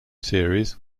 series